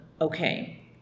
okay